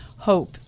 Hope